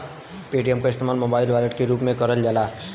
Paytm क इस्तेमाल mobile wallet के रूप में करल जाला